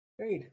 Right